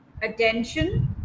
attention